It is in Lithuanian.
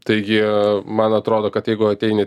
taigi man atrodo kad jeigu ateini